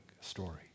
story